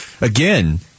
again